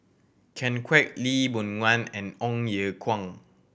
Ken Kwek Lee Boon Ngan and Ong Ye Kung